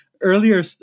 earlier